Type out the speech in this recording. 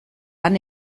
han